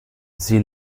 sie